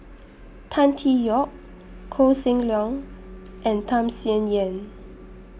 Tan Tee Yoke Koh Seng Leong and Tham Sien Yen